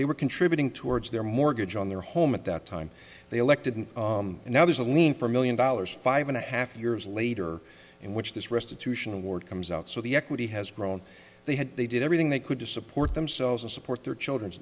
they were contributing towards their mortgage on their home at the time they elected him and now there's a lien for a million dollars five and a half years later in which this restitution award comes out so the equity has grown they had they did everything they could to support themselves and support their children